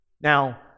Now